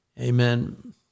Amen